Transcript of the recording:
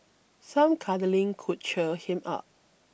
some cuddling could cheer him up